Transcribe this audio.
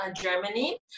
Germany